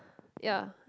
ya